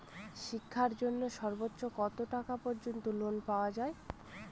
শিক্ষার জন্য সর্বোচ্চ কত টাকা পর্যন্ত লোন পাওয়া য়ায়?